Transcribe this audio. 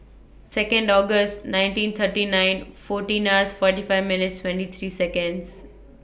Second August nineteen thirty nine fourteen ninth forty five minutes twenty three Seconds